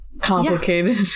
Complicated